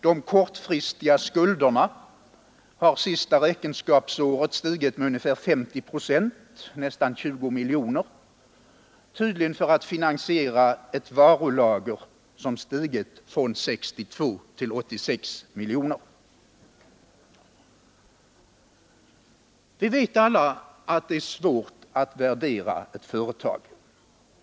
De kortfristiga skulderna har det senaste räkenskapsåret stigit med ungefär 50 procent, eller nästan 20 miljoner, tydligen för att finansiera ett varulager som stigit från 62 miljoner till 86 miljoner. Vi vet alla att det är svårt att värdera ett företag.